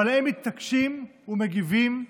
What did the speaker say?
אבל הם מתעקשים ומגיבים: